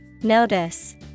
Notice